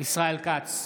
ישראל כץ,